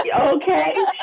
Okay